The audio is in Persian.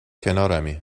کنارمی